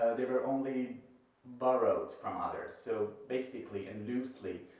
they were only borrowed from others, so basically and loosely,